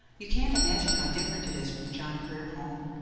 you can't imagine how different it is from the john grier home.